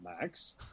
Max